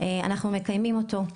אנחנו מקיימים אותו.